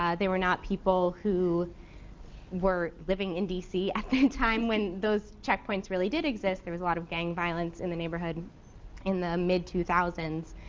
ah they were not people who were living in dc at that time when those checkpoints really did exist. there was lot of gang violence in the neighborhood in the mid two thousand